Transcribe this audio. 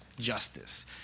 justice